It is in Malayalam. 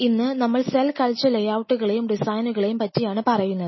ഇന്ന് നമ്മൾ സെൽ കൾച്ചർ ലേഔട്ട്കളേയും ഡിസൈനുകളെയും പറ്റിയാണ് പറയുന്നത്